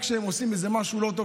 רק כשהן עושות משהו לא טוב,